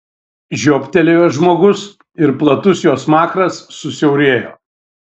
žiobtelėjo žmogus ir platus jo smakras susiaurėjo